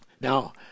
Now